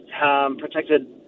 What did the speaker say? protected